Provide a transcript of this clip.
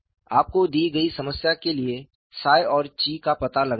आपको दी गई समस्या के लिए 𝜳 और 𝛘 का पता लगाना है